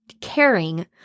caring